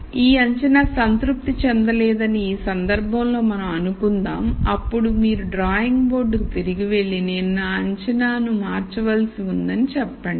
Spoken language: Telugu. కాబట్టి ఈ అంచనా సంతృప్తి చెందలేదని ఈ సందర్భంలో మనం అనుకుందాం అప్పుడు మీరు డ్రాయింగ్ బోర్డ్కి తిరిగి వెళ్లి నేను నా అంచనా ను మార్చవలసి ఉందని చెప్పండి